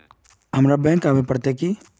हमरा बैंक आवे पड़ते की?